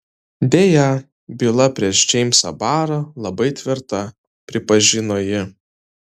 deja byla prieš džeimsą barą labai tvirta pripažino ji